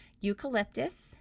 eucalyptus